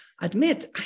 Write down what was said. admit